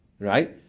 Right